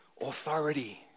Authority